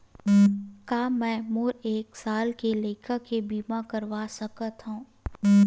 का मै मोर एक साल के लइका के बीमा करवा सकत हव?